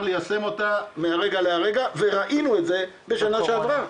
ליישם אותה מהרגע להרגע וראינו את זה בשנה שעברה,